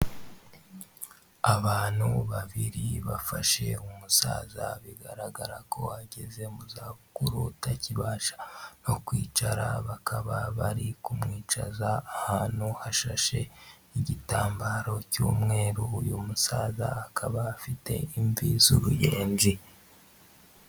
Abantu babiri bafashe umusaza bigaragara ko ageze mu za bukuru, atakibasha no kwicara, bakaba bari kumwicaza ahantu hashasheh'igitambaro cy'umweru, uyu musaza akaba afite imvi z'uruyezi.